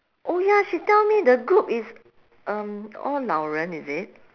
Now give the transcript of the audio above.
oh ya she tell me the group is um all 老人：lao ren is it